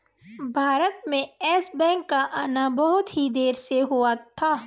भारत में Yes Bank का आना बहुत ही देरी से हुआ था